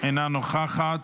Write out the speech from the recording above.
אינה נוכחת.